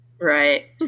Right